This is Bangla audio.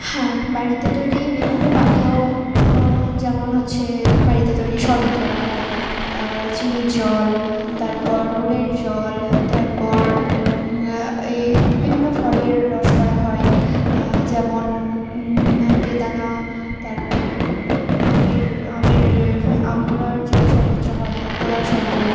হ্যাঁ বাড়িতে তৈরি বিভিন্ন পানীয় যেমন হচ্ছে বাড়িতে তৈরি শরবত করা হয় চিনির জল তারপর নুনের জল তারপর এ বিভিন্ন ফলের রস করা হয় যেমন বেদানা তারপর আমের আমের আম পোড়ার যে শরবতটা হয় আম পোড়ার শরবত